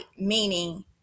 meaning